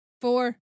Four